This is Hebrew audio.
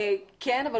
כן, אבל